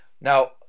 Now